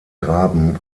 graben